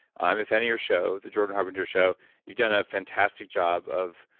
i'm a fan of your show, the jordan harbinger show you've done a fantastic job of,